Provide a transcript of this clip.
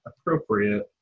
appropriate